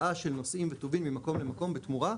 הסעה של נוסעים וטובין ממקום למקום בתמורה,